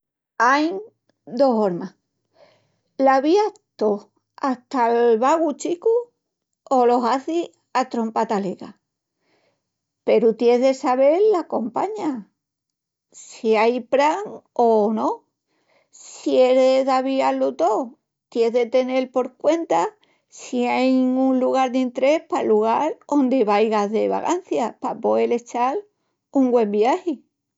Ain dos hormas: lo avías tó hata'l bagu chicu, o lo hazis a trompatalega. Peru tiés de sabel la compaña, si ai pran o no. Si eris d'aviá-lu tó ties de tenel por cuenta si ain lugaris d'interés pal lugal ondi vaigas de vagancias pa poel echal un güen viaji.